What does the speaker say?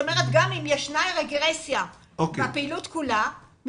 גם אם ישנה רגרסיה מהפעילות כולה.